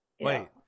Wait